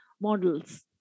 models